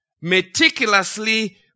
Meticulously